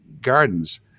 gardens